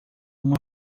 uma